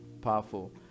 Powerful